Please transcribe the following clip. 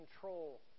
control